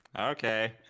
okay